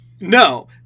No